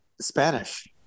Spanish